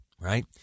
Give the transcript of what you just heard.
Right